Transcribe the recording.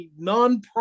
nonprofit